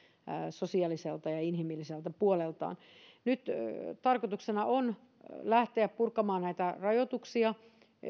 sosiaaliselta ja inhimilliseltä puoleltaan nyt tarkoituksena on lähteä purkamaan näitä rajoituksia